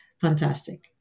fantastic